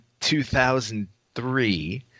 2003